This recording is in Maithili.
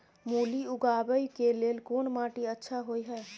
मूली उगाबै के लेल कोन माटी अच्छा होय है?